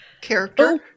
character